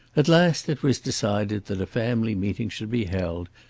at last it was decided that a family meeting should be held,